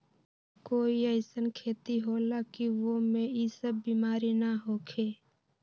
कोई अईसन खेती होला की वो में ई सब बीमारी न होखे?